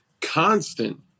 constant